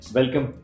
Welcome